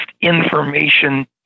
information